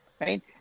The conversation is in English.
right